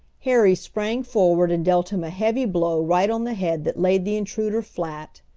harry sprang forward and dealt him a heavy blow right on the head that laid the intruder flat.